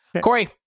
Corey